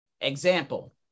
Example